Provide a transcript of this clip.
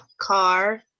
car